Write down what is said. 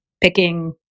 picking